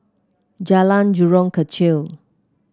Jalan Jurong Kechil